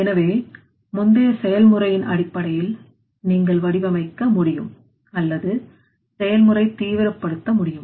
எனவே முந்தைய செயல்முறையின் அடிப்படையில் நீங்கள் வடிவமைக்க முடியும் அல்லது செயல்முறை தீவிரப்படுத்த முடியும்